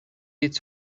its